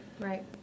right